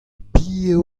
biv